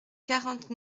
quarante